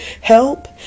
help